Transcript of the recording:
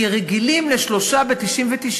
כי רגילים לשלושה ב-99.